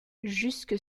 jusque